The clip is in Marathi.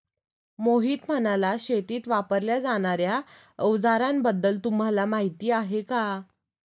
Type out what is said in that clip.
मोहित म्हणाला, शेतीत वापरल्या जाणार्या अवजारांबद्दल तुम्हाला माहिती आहे का?